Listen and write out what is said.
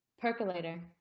Percolator